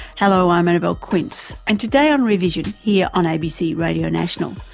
hello, i'm annabelle quince and today on rear vision, here on abc radio national,